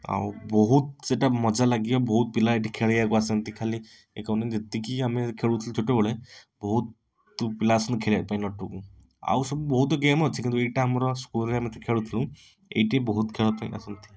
ଆଉ ବହୁତ ସେଟା ମଜା ଲାଗିବ ଆଉ ବହୁତ ପିଲା ବି ଖେଳିବାକୁ ଆସନ୍ତି ଖାଲି ଏଇ କଲୋନୀ ଯେତିକି ଆମେ ଖେଳୁଥିଲୁ ଛୋଟବେଳେ ବହୁତ ପିଲା ଆସନ୍ତି ଖେଳିବା ପାଇଁ ନଟୁକୁ ଆଉ ସବୁ ବହୁତ ଗେମ୍ ଅଛି କିନ୍ତୁ ଏଇଟା ଆମର ସ୍କୁଲରେ ଆମେ ଯେତେବେଳେ ଖେଳୁଥିଲୁ ଏଇଟି ବହୁତ ଖେଳ ପାଇଁ ଆସନ୍ତି